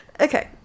Okay